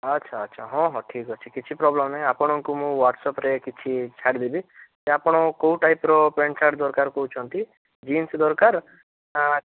ଆଚ୍ଛା ଆଚ୍ଛା ହଁ ହଁ ଠିକ୍ ଅଛି କିଛି ପ୍ରୋବ୍ଲେମ୍ ନାହିଁ ଆପଣଙ୍କୁ ମୁଁ ହ୍ୱାଟ୍ସଆପ୍ରେ କିଛି ଛାଡ଼ିଦେବି ତ ଆପଣ କେଉଁ ଟାଇପ୍ର ପ୍ୟାଣ୍ଟ ସାର୍ଟ୍ ଦରକାର କହୁଛନ୍ତି ଜିନ୍ସ୍ ଦରକାର ନା